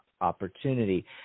opportunity